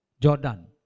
Jordan